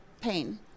pain